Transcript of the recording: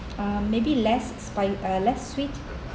um maybe less spi~ uh less sweet